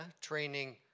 training